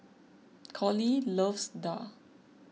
Coley loves Daal